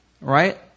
Right